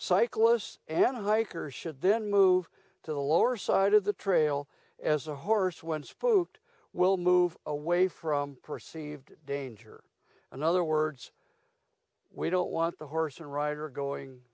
cyclists and hikers should then move to the lower side of the trail as a horse when spoked will move away from perceived danger in other words we don't want the horse and rider going